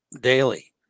daily